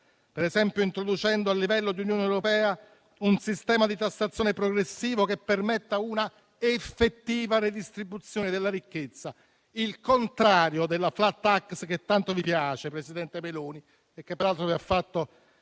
per esempio introducendo a livello di Unione europea un sistema di tassazione progressivo che permetta una effettiva redistribuzione della ricchezza, il contrario della *flat tax* che tanto vi piace, signora presidente del Consiglio Meloni, e che peraltro vi ha fatto